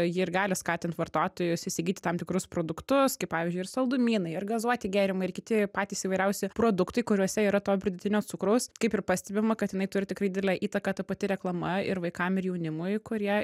ji ir gali skatint vartotojus įsigyti tam tikrus produktus kaip pavyzdžiui ir saldumynai ir gazuoti gėrimai ir kiti patys įvairiausi produktai kuriuose yra to pridėtinio cukraus kaip ir pastebima kad inai turi tikrai didelę įtaką ta pati reklama ir vaikam ir jaunimui kurie